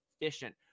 efficient